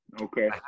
okay